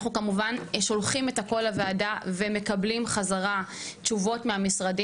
אנחנו כמובן שולחים בחזרה משובים,